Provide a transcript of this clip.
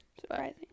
Surprising